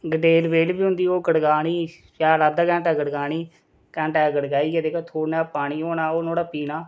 गंडेल बेल बी होंदी ही ओह् गड़कानी शैल अद्धा घैंटा गड़कानी घैंटा इक गड़काई ते थोह्ड़ा नेहा पानी होना ओह् नुहाड़ा पीना